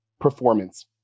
performance